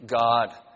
god